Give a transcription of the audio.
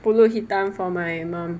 pulut hitam for my mum